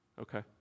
Okay